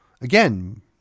Again